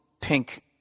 pink